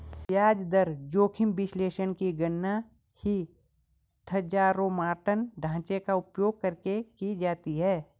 ब्याज दर जोखिम विश्लेषण की गणना हीथजारोमॉर्टन ढांचे का उपयोग करके की जाती है